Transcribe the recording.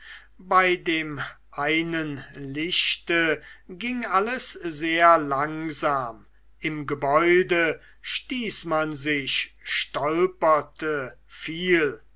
bei dem einen lichte ging alles sehr langsam im gebäude stieß man sich stolperte fiel